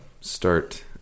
start